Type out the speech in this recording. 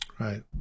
Right